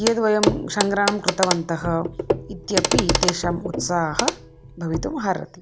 कियद्वयं सङ्ग्रहणं कृतवन्तः इत्यपि तेषाम् उत्साहः भवितुम् अर्हति